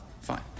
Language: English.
Fine